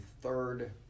third